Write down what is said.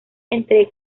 entre